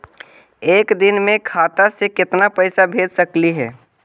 एक दिन में खाता से केतना पैसा भेज सकली हे?